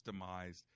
customized